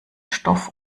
stoff